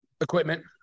Equipment